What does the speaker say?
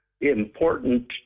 important